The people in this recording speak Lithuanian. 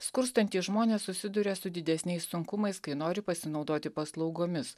skurstantys žmonės susiduria su didesniais sunkumais kai nori pasinaudoti paslaugomis